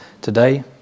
today